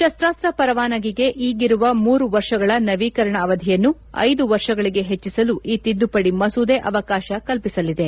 ಶಸ್ತಾಸ್ತ ಪರವಾನಗಿಗೆ ಈಗಿರುವ ಮೂರು ವರ್ಷಗಳ ನವೀಕರಣ ಅವಧಿಯನ್ನು ಐದು ವರ್ಷಗಳಿಗೆ ಹೆಚ್ಚಿಸಲು ಈ ತಿದ್ದುಪಡಿ ಮಸೂದೆ ಅವಕಾಶ ಕಲ್ಪಿಸಲಿದೆ